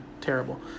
terrible